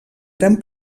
gran